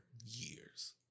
years